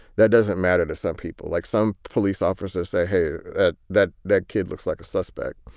that doesn't matter to some people. like some police officers say, hey, that that that kid looks like a suspect.